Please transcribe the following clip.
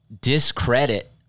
discredit